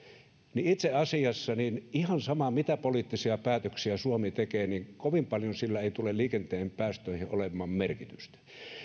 on itse asiassa ihan sama mitä poliittisia päätöksiä suomi tekee kovin paljon sillä ei tule liikenteen päästöihin olemaan merkitystä